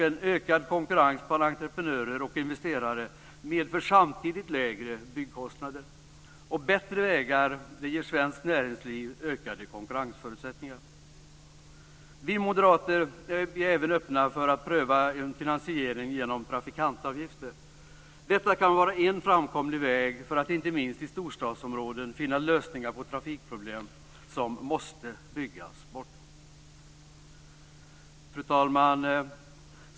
En ökad konkurrens bland entreprenörer och investerare medför samtidigt lägre byggkostnader, och bättre vägar ger svenskt näringsliv ökade konkurrensförutsättningar. Vi moderater är även öppna för att pröva en finansiering genom trafikantavgifter. Det kan vara en framkomlig väg för att inte minst i storstadsområden finna lösningar på trafikproblem som måste byggas bort. Fru talman!